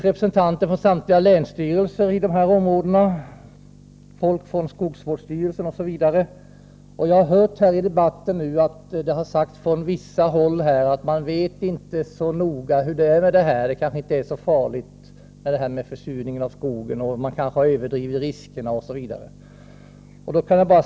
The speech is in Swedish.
Representanter från samtliga länsstyrelser i regionen deltog liksom folk från skogsvårdsstyrelser osv. Jag har hört att det från vissa håll sagts här i debatten att man inte vet så noga, att det kanske inte är så farligt med försurningen av skogen, att man kanske har överdrivit riskerna osv.